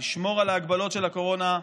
לשמור על ההגבלות של הקורונה,